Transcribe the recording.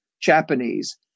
Japanese